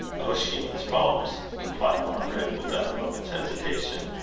ossian's poems, replied margaret, without a moment's hesitation.